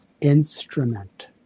instrument